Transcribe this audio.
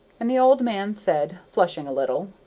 and the old man said, flushing a little,